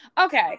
Okay